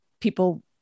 people